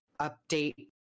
update